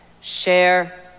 share